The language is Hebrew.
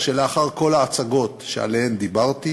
כדי שלאחר כל ההצגות שעליהן דיברתי,